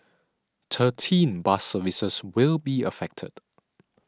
thirteen bus services will be affected